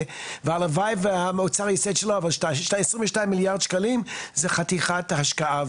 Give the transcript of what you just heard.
והלוואי והמועצה תעשה את שלה זו חתיכת השקעה,